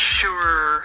sure